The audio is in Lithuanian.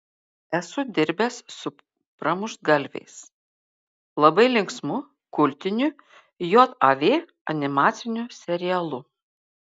esu dirbęs su pramuštgalviais labai linksmu kultiniu jav animaciniu serialu